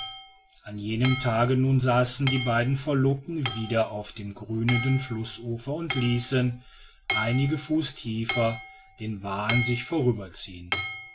an jenem tage nun saßen die beiden verlobten wieder auf dem grünenden flußufer und ließen einige fuß tiefer den vaar an sich